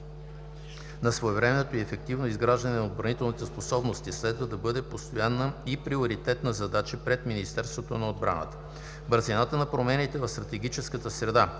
на своевременното и ефективно изграждане на отбранителните способности следва да бъде постоянна и приоритетна задача пред Министерството на отбраната. Бързината на промените в стратегическата среда